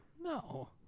No